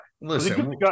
Listen